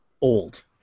old